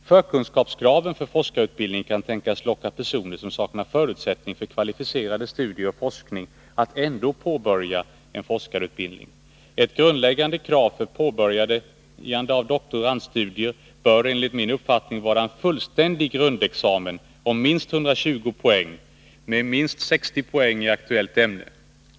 Förkunskapskraven för forskarutbildning kan tänkas locka personer som saknar förutsättningar för kvalificerade studier och forskning att ändå påbörja en forskarutbildning. Ett grundläggande krav för påbörjande av doktorandstudier bör enligt min uppfattning vara en fullständig grundexamen om minst 120 poäng med minst 60 poäng i aktuellt ämne.